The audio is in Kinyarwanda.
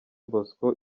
bosco